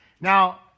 Now